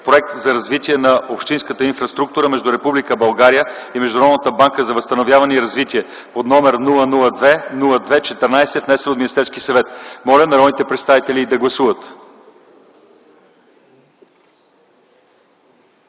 „Проект за развитие на общинската инфраструктура” между Република България и Международната банка за възстановяване и развитие, № 002-02-14, внесен от Министерския съвет. Моля народните представители да гласуват.